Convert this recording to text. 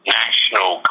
national